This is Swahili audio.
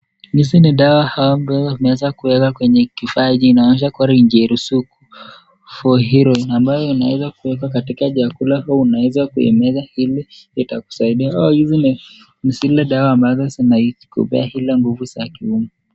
Hizi ni dawa herbal unaweza kuweka kwenye kifaa hiki, kinaitwa Ngiri Sugu for healing ambayo unaweza kuweka katika chakula au unaweza kumeza hivi, zitakusaidia. Dawa hizi ni zile dawa ambazo zinakupea nguvu za kiume.